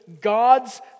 God's